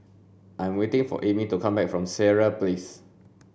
I'm waiting for Aimee to come back from Sireh Place